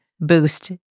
boost